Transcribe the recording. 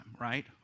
right